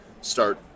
start